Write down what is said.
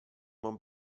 mám